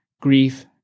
grief